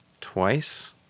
twice